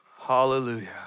Hallelujah